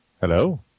Hello